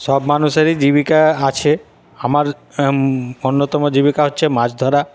সব মানুষেরই জীবিকা আছে আমার অন্যতম জীবিকা হচ্ছে মাছ ধরা